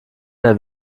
der